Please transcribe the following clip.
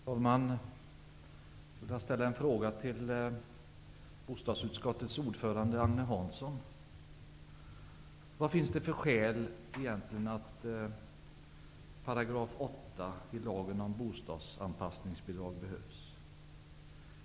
Fru talman! Jag vill ställa en fråga till bostadsutskottets ordförande Agne Hansson. Vad finns det egentligen för skäl till att 8 § i lagen om bostadsanpassningsbidrag behövs?